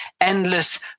endless